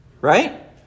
Right